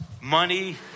money